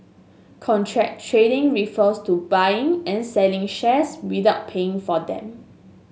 contra trading refers to buying and selling shares without paying for them